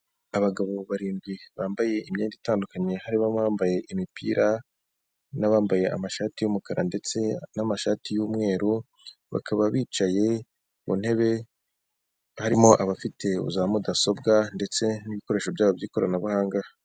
Abagabo barindwi bambaye imyenda itandukanye harimo abambaye imipira n'abambaye amashati y'umukara ndetse n'amashati y'umweru, bakaba bicaye ku ntebe harimo abafite za mudasobwa ndetse n'ibikoresho byabo by'ikoranabuhanga.